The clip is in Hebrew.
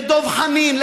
לדב חנין,